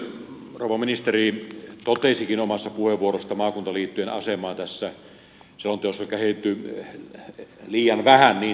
rouva ministeri totesikin omassa puheenvuorossaan että maakuntaliittojen asemaa tässä selonteossa on käsitelty liian vähän niin tulkitsen